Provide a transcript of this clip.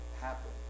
happen